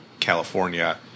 california